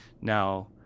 Now